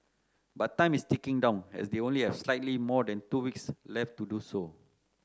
but time is ticking down as they only have slightly more than two weeks left to do so